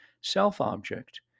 self-object